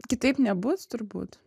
kitaip nebus turbūt